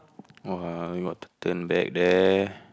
[wah] only got turn deck there